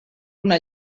una